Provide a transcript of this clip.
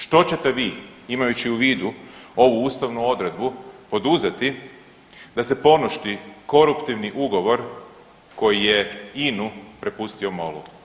Što ćete vi, imajući u vidu ovu ustavnu odredbu poduzeti da se poništi koruptivni ugovor koji je INA-u prepustio MOL-u?